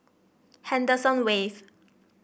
Henderson Wave